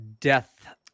death